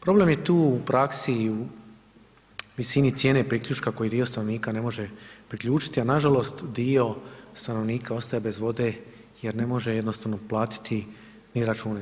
Problem je tu u praksi i u visini cijene priključka koji dio stanovnika ne može priključiti, a nažalost dio stanovnika ostaje bez vode jer ne može jednostavno platiti ni račune.